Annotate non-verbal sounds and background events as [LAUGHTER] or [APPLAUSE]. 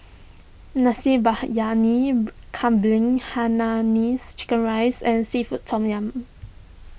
Nasi [UNINTELLIGIBLE] Kambing Hainanese Chicken Rice and Seafood Tom Yum